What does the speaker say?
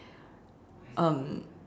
um